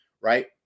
right